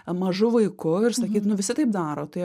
mažu vaiku ir sakyt nu visi taip daro tai